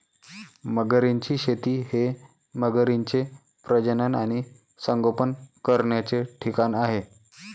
मगरींची शेती हे मगरींचे प्रजनन आणि संगोपन करण्याचे ठिकाण आहे